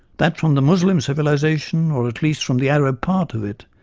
that from the muslim civilisation, or at least from the arab part of it,